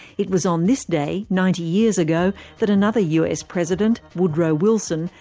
it was on this day ninety years ago that another us president, woodrow wilson,